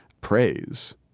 praise